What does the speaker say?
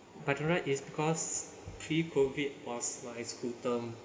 but the right is because pre-COVID was my school term